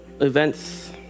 events